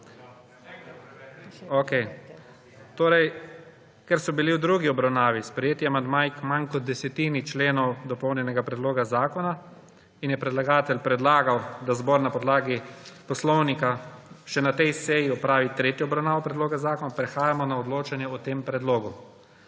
glasu. Ker so bili v drugi obravnavi sprejeti amandmaji k manj kot desetini členov dopolnjenega predloga zakona in je predlagatelj predlagal, da zbor na podlagi poslovnika še na tej seji opravi tretjo obravnavo predloga zakona, prehajamo na odločanje o tem predlogu.